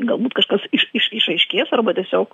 galbūt kažkas iš iš išaiškės arba tiesiog